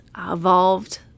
evolved